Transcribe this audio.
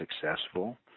successful